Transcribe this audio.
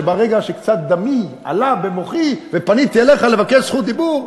שברגע שקצת דמי עלה במוחי ופניתי אליך לבקש רשות דיבור,